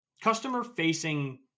customer-facing